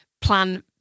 plan